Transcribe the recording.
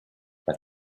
but